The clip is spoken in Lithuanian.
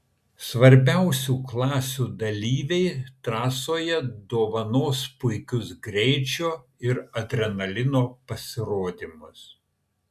svarbiausių klasių dalyviai trasoje dovanos puikius greičio ir adrenalino pasirodymus